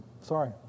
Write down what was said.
Sorry